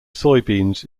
soybeans